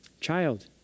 Child